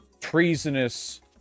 treasonous